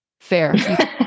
Fair